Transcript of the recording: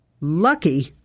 Lucky